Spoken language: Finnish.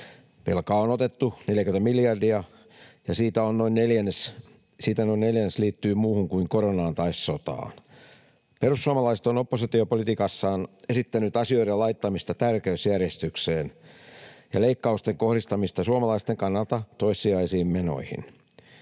Velkaa on otettu 40 miljardia, ja siitä noin neljännes liittyy muuhun kuin koronaan tai sotaan. Perussuomalaiset ovat oppositiopolitiikassaan esittäneet asioiden laittamista tärkeysjärjestykseen ja leikkausten kohdistamista suomalaisten kannalta toissijaisiin menoihin,